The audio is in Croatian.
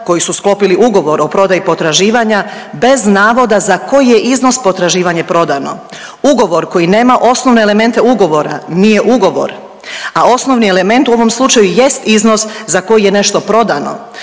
koji su sklopili ugovor o prodaji potraživanja bez navoda za koji je iznos potraživanje prodano. Ugovor koji nema osnovne elemente ugovora nije ugovor, a osnovni element u ovom slučaju jest iznos za koji je nešto prodano.